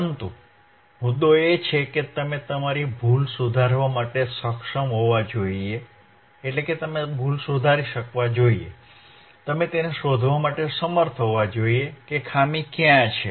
પરંતુ મુદ્દો એ છે કે તમે તમારી ભૂલ સુધારવા માટે સક્ષમ હોવા જોઈએ તમે તેને શોધવા માટે સમર્થ હોવા જોઈએ કે ખામી ક્યાં છે